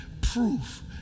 proof